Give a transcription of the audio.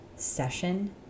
session